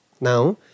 Now